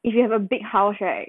if you have a big house right